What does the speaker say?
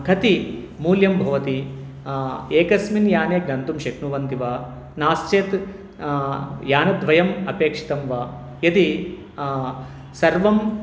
कति मूल्यं भवति एकस्मिन् याने गन्तुं शक्नुवन्ति वा नास्ति चेत् यानद्वयम् अपेक्षितं वा यदि सर्वं